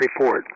report